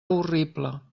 horrible